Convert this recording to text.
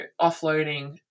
offloading